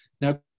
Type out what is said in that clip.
Now